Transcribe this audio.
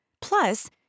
Plus